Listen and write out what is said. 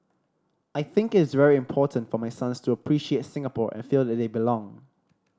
I think is very important for my sons to appreciate Singapore and feel that they belong